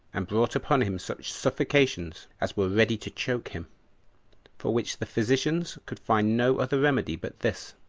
and brought upon him such suffocations as were ready to choke him for which the physicians could find no other remedy but this,